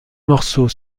morceaux